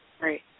Right